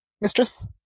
mistress